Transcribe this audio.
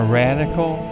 radical